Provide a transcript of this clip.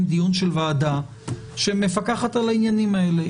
דיון של ועדה שמפקחת על העניינים האלה.